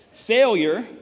Failure